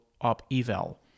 op-eval